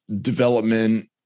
development